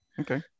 okay